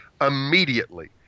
immediately